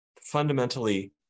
fundamentally